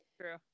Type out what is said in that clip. true